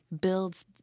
builds